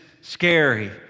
scary